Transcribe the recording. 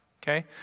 Okay